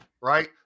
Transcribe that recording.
right